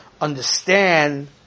understand